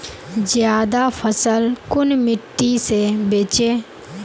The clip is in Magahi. ज्यादा फसल कुन मिट्टी से बेचे?